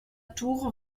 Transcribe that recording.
tour